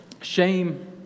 shame